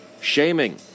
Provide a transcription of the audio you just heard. Shaming